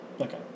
Okay